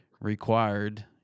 required